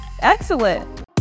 excellent